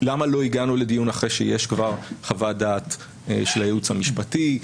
למה לא הגענו לדיון אחרי שיש כבר חוות דעת של הייעוץ המשפטי.